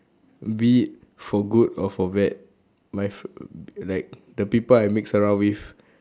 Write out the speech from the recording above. be it for good or for bad my f~ like the people I mix around with